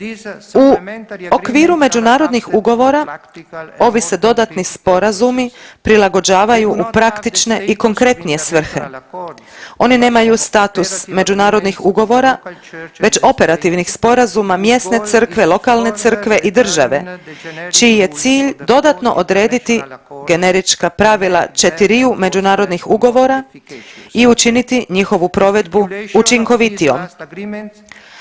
U okviru međunarodnih ugovora ovi se dodatni sporazumi prilagođavaju u praktične i konkretnije svrhe, oni nemaju status međunarodnih ugovora, već operativnih sporazuma mjesne Crkve , lokalne Crkve i države čiji je cilj dodatno odrediti generička pravila četiriju međunarodnih ugovora i učiniti njihovu provedbu učinkovitijom.